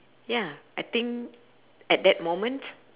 ya I think at that moment